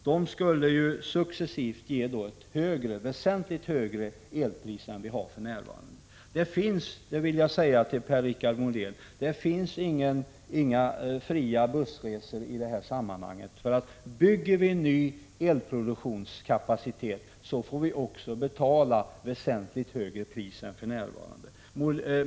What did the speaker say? Detta skulle ju successivt ge ett väsentligt högre elpris än det som gäller för närvarande. Det finns — det vill jag säga till Per-Richard Molén —- inga ”fria bussresor” i det här sammanhanget, för bygger vi upp ny elproduktionskapacitet får vi också betala ett väsentligt högre elpris än för närvarande.